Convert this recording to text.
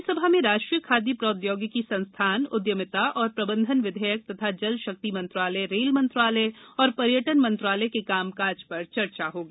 राज्यसभा में राष्ट्रीय खाद्य प्रौद्योगिकी संस्थान उद्यमिता और प्रबंधन विधेयक तथा जल शक्ति मंत्रालय रेल मंत्रालय और पर्यटन मंत्रालय के कामकाज पर चर्चा होगी